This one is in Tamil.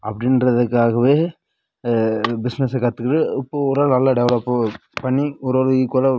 அப்படின்றதுக்காகவே பிசினாஸை கற்றுக்கினு இப்போ ஓரளவு நல்லா டெவலப்பு பண்ணி ஓரளவு ஈக்வலாக